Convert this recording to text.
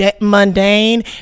mundane